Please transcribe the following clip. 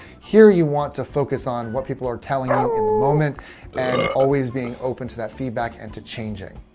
here, you want to focus on what people are telling you in the moment and always being open to that feedback and to changing.